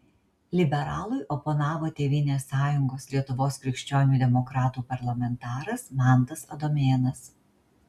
liberalui oponavo tėvynės sąjungos lietuvos krikščionių demokratų parlamentaras mantas adomėnas